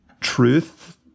truth